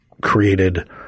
created